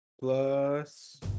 plus